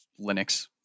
Linux